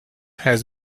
has